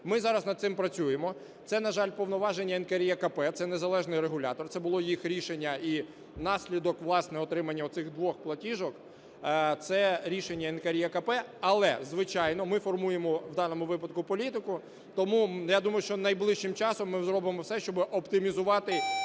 Ми зараз над цим працюємо, це, на жаль, повноваження НКРЕКП, це незалежний регулятор, це було їх рішення і внаслідок, власне, отримання цих двох платіжок, це рішення НКРЕКП. Але, звичайно, ми формуємо у даному випадку політику, тому, я думаю, що найближчим часом ми зробимо все, щоб оптимізувати